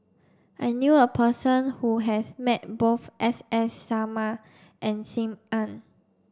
I knew a person who has met both S S Sarma and Sim Ann